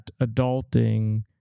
adulting